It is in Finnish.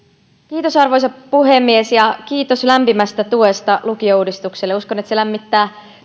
arvoisa puhemies kiitos lämpimästä tuesta lukiouudistukselle uskon että se lämmittää